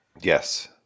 Yes